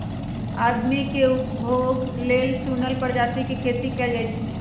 आदमी के उपभोग लेल चुनल परजाती के खेती कएल जाई छई